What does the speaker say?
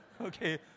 Okay